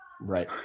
Right